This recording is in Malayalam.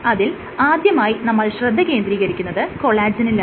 അതിൽ ആദ്യമായി നമ്മൾ ശ്രദ്ധ കേന്ദ്രീകരിക്കുന്നത് കൊളാജെനിലാണ്